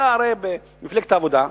אתה הרי במפלגת העבודה,